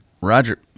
Roger